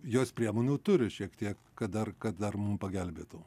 jos priemonių turi šiek tiek kad dar kad dar mum pagelbėtų